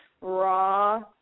raw